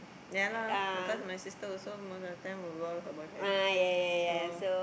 ya lah because my sister also most of the time will go out with her boyfriend so